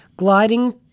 Gliding